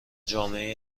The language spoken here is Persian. جامعه